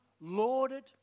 lauded